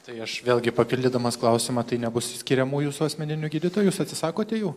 tai aš vėlgi papildydamas klausimą tai nebus skiriamų jūsų asmeninių gydytojų jūs atsisakote jų